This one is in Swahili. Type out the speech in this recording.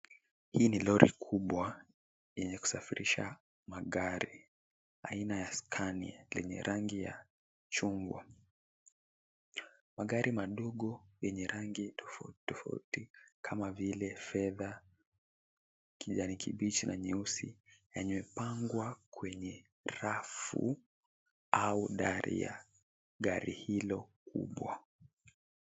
Hii ni lori kubwa enye kusafirisha magari aina ya Scania lenye rangi ya chungwa. Magari madogo yenye rangi tofauti tofauti kama vile fedha, kijani kibichi na nyeusi yenye imepangwa kwenye rafu au dari ya gari hilo kubwa.